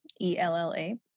E-L-L-A